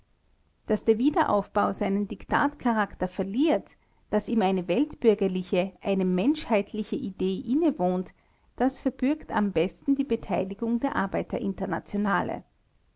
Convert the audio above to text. daß der wiederaufbau seinen diktatcharakter verliert daß ihm eine weltbürgerliche eine menschheitliche idee innewohnt das verbürgt am besten die beteiligung der